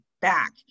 back